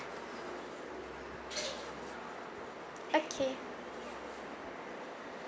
okay